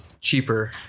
Cheaper